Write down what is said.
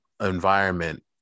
environment